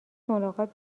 ملاقات